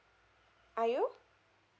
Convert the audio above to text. are you